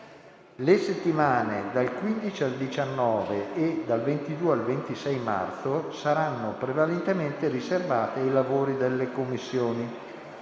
Le settimane dal 15 al 19 e dal 22 al 26 marzo saranno prevalentemente riservate ai lavori delle Commissioni.